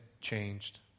changed